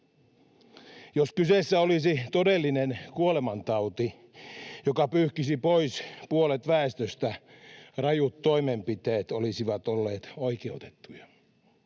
Jos kyseessä olisi todellinen kuolemantauti, joka pyyhkisi pois puolet väestöstä, rajut toimenpiteet olisivat olleet oikeutettuja,